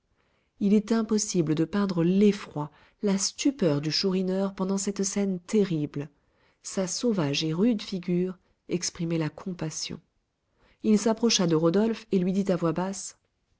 il est impossible de peindre l'effroi la stupeur du chourineur pendant cette scène terrible sa sauvage et rude figure exprimait la compassion il s'approcha de rodolphe et lui dit à voix basse